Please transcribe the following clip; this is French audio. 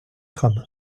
tram